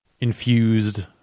infused